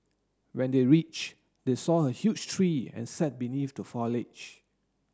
when they reach they saw a huge tree and sat beneath the foliage